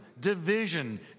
division